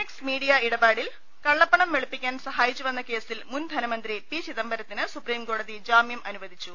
X Media ഇടപാടിൽ കള്ളപ്പണം വെളുപ്പിക്കാൻ സഹാ യിച്ചുവെന്ന കേസിൽ മുൻ ധനമന്ത്രി പി ചിദംബരത്തിന് സുപ്രീംകോടതി ജാമ്യം അനുവദിച്ചു